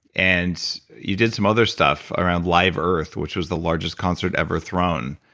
and you did some other stuff around live earth, which was the largest concert ever thrown,